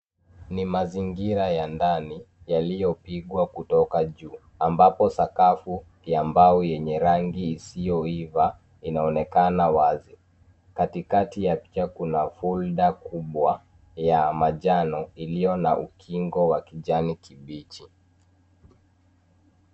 Ni mazingira ya ndani, yaliyopigwa kutoka juu ambapo sakafu ya mbao yenye rangi isiyoiva inaonekana wazi. Katikati ya pia kuna cs[folder]cs kubwa ya majano iliyo na ukingo wa kijani kibichi.